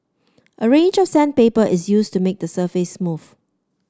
a range of sandpaper is used to make the surface smooth